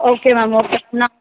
okay ma'am okay நான்